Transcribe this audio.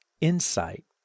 insight